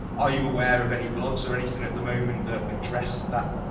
are you aware of any blogs or anything at the moment that address that